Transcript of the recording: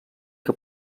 que